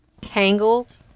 Tangled